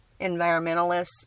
environmentalists